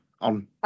on